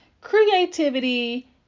creativity